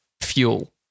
fuel